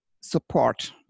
support